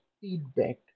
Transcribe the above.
feedback